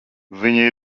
viņa